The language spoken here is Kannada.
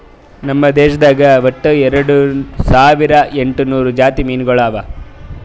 ನಮ್ ದೇಶದಾಗ್ ಒಟ್ಟ ಎರಡು ಸಾವಿರ ಎಂಟು ನೂರು ಜಾತಿ ಮೀನುಗೊಳ್ ಅವಾ